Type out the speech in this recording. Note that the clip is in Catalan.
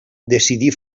decidí